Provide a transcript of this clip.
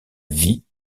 vie